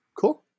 Cool